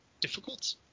difficult